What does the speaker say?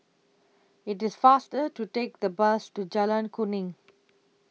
IT IS faster to Take The Bus to Jalan Kuning